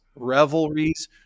revelries